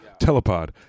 telepod